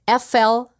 FL